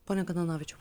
pone kananavičiau